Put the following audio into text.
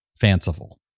fanciful